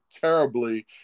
terribly